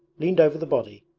leaned over the body,